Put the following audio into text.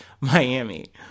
Miami